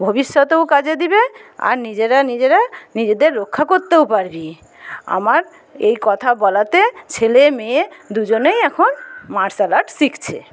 ভবিষ্যতেও কাজে দেবে আর নিজেরা নিজেরা নিজেদের রক্ষা করতেও পারবি আমার এই কথা বলাতে ছেলে মেয়ে দুজনেই এখন মার্শাল আর্ট শিখছে